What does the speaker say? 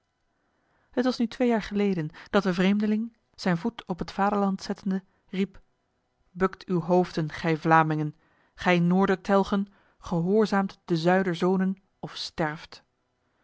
het was nu twee jaar geleden dat de vreemdeling zijn voet op het vaderland zettende riep bukt uw hoofden gij vlamingen gij noordertelgen gehoorzaamt de zuiderzonen of sterft